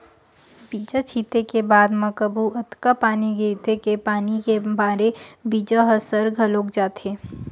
बीजा छिते के बाद म कभू अतका पानी गिरथे के पानी के मारे बीजा ह सर घलोक जाथे